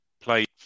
played